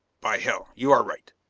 by hell, you are right!